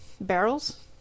barrels